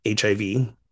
HIV